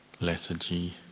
lethargy